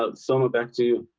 ah summon back to